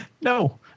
no